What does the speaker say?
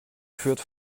führt